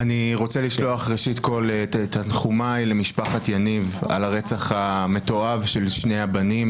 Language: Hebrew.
אני רוצה לשלוח ראשית תנחומיי למשפחת יניב על הרצח המתועב של שני הבנים